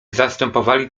zastępowali